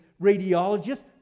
radiologists